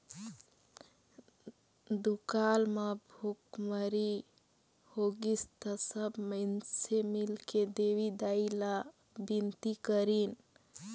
दुकाल म भुखमरी होगिस त सब माइनसे मिलके देवी दाई ला बिनती करिन